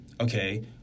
okay